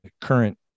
current